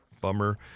Bummer